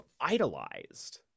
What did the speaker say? idolized